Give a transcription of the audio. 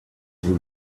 route